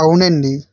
అవునండి